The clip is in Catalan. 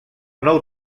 nou